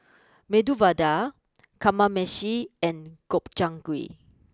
Medu Vada Kamameshi and Gobchang Gui